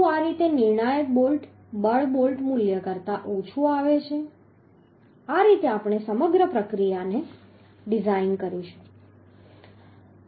શું આ રીતે નિર્ણાયક બોલ્ટ બળ બોલ્ટ મૂલ્ય કરતાં ઓછું આવે છે આ રીતે આપણે સમગ્ર પ્રક્રિયાને ડિઝાઇન કરીશું